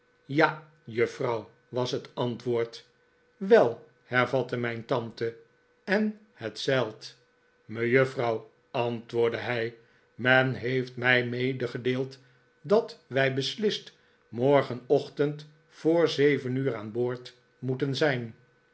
ja juffrouw was het antwoord r wel hervatte mijn tante en het zeilt mejuffrouw antwoordde hij men heeft mij medegedeeld dat wij beslist morgenochtend voor zeven uur aan boord moeten zijn